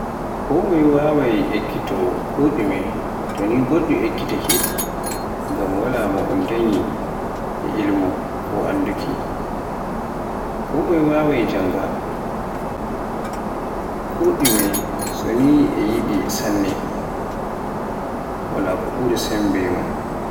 Kin moye waawai ekkito ko ɗume to ni goɗɗo ekkitaake, ngam wala mo un danyi e ilmu ko annduki, kin moye waawai jannga ko ɗume so ni e yiɗi sanne. Wala ko ɓuri sembe mun.